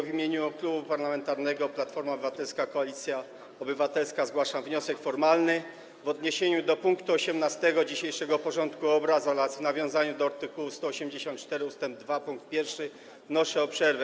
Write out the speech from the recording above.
W imieniu Klubu Parlamentarnego Platforma Obywatelska - Koalicja Obywatelska zgłaszam wniosek formalny w odniesieniu do punktu 18. dzisiejszego porządku obrad oraz w nawiązaniu do art. 184 ust. 2 pkt 1 wnoszę o przerwę.